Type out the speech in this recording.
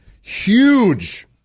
huge